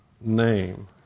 name